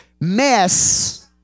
mess